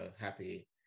happy